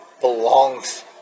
belongs